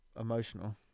emotional